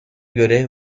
göre